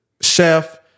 chef